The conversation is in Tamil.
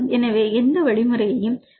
எனவே எந்த வழிமுறையை டி